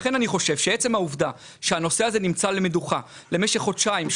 לכן אני חשוב שעצם העובדה שהנושא הזה נמצא על המדוכה למשך חודשיים,